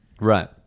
Right